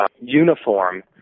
uniform